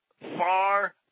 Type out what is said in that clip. far